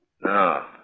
No